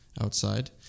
outside